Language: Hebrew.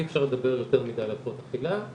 אי אפשר לדבר יותר מדי על הפרעות אכילה.